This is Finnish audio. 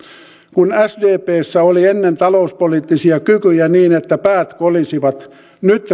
kun sdpssä oli ennen talouspoliittisia kykyjä niin että päät kolisivat nyt